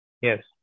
Yes